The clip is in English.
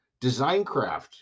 Designcraft